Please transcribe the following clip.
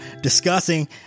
discussing